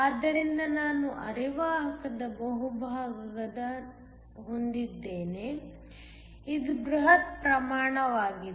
ಆದ್ದರಿಂದ ನಾನು ಅರೆವಾಹಕದ ಬಹುಭಾಗವನ್ನು ಹೊಂದಿದ್ದೇನೆ ಇದು ಬೃಹತ್ ಪ್ರಮಾಣವಾಗಿದೆ